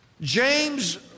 James